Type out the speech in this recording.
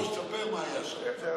אדוני היושב-ראש, ספר מה היה שם.